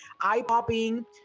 eye-popping